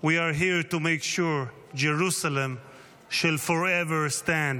We are here to make sure Jerusalem shall forever stand.